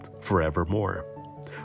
forevermore